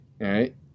right